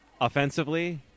offensively